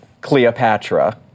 Cleopatra